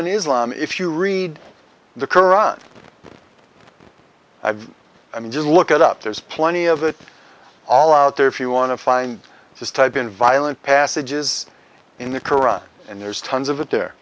in islam if you read the koran i've i mean just look at up there's plenty of it all out there if you want to find just type in violent passages in the qur'an and there's tons of it there